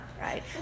right